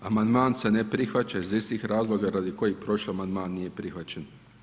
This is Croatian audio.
Amandman se ne prihvaća iz istih razloga radi kojih prošli amandman nije prihvaćen.